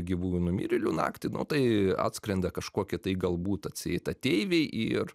gyvųjų numirėlių naktį nu tai atskrenda kažkokie tai galbūt atseit ateiviai ir